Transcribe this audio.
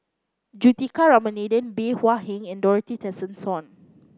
Juthika Ramanathan Bey Hua Heng and Dorothy Tessensohn